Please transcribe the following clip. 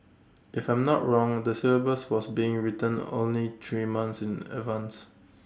if I'm not wrong the syllabus was being written only three months in advance